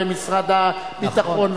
ומשרד הביטחון,